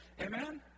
Amen